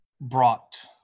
brought